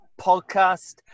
podcast